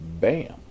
Bam